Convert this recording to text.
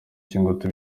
by’ingutu